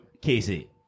Casey